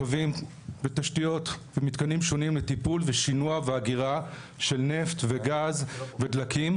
קווים ותשתיות ומתקנים שונים לטיפול ושינוע ואגירה של נפט וגז ודלקים.